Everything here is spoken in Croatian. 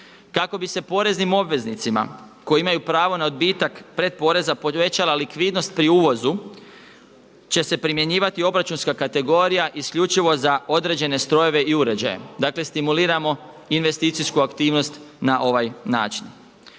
Kako bi se poreznim obveznicima koji imaju pravo na odbitak pretporeza povećala likvidnost pri uvozu će se primjenjivati obračunska kategorija isključivo za određene strojeve i uređaje, dakle stimuliramo investicijsku aktivnost na ovaj način.